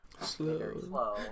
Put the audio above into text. Slow